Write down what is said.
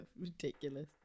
ridiculous